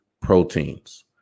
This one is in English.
proteins